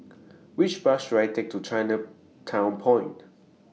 Which Bus should I Take to Chinatown Point